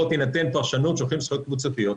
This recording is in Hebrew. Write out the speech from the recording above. תינתן פרשנות שנותנים זכויות קבוצתיות,